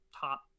top